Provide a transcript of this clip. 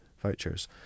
vouchers